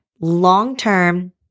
long-term